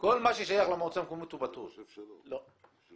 אני אומר